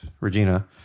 Regina